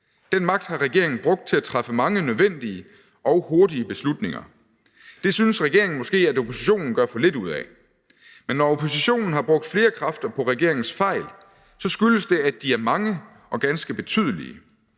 Den magt har regeringen brugt til at træffe mange nødvendige og hurtige beslutninger. Det synes regeringen måske at oppositionen gør for lidt ud af. Men når oppositionen har brugt flere kræfter på regeringens fejl, skyldes det, at de er mange og ganske betydelige.